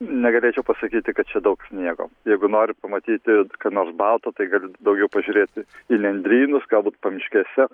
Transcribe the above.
negalėčiau pasakyti kad čia daug sniego jeigu nori pamatyti ką nors balto tai gali daugiau pažiūrėti į nendrynus galbūt pamiškėse